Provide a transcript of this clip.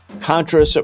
Contra